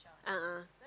a'ah